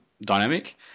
dynamic